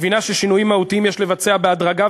היא מבינה ששינויים מהותיים יש לבצע בהדרגה,